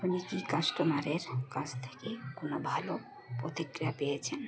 আপনি কি কাস্টমারের কাছ থেকে কোনো ভালো প্রতিক্রিয়া পেয়েছেন